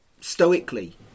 stoically